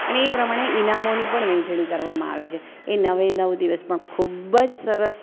અને એ પ્રમાણે ઇનામોની પણ વહેંચણી કરવામાં આવે છે એ નવે નવ દિવસ પણ ખૂબ જ સરસ